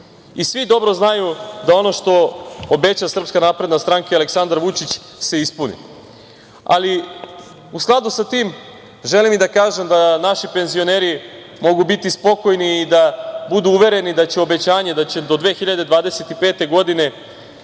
i svi dobro znaju da ono što obeća SNS i Aleksandar Vučić se ispuni.U skladu sa tim, želim da kažem da naši penzioneri mogu biti spokojni i da budu uvereni da će obećanje da do 2025. godine